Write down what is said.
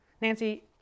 Nancy